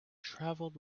travelled